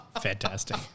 Fantastic